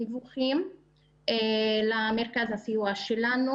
דיווחים למרכז הסיוע שלנו,